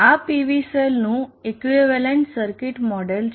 આ PV સેલનું equivalent circuit model છે